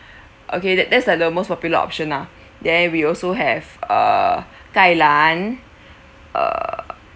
okay that that's are the most popular option lah then we also have err kailan err